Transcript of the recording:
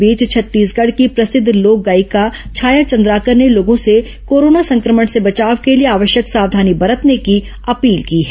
इस बीच छत्तीसगढ़ की प्रसिद्ध लोक गायिका छाया चंद्राकर ने लोगों से कोरोना संक्रमण से बचाव के लिए आवश्यक सावधानी बरतने की अपील की है